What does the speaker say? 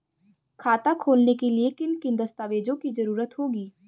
खाता खोलने के लिए किन किन दस्तावेजों की जरूरत होगी?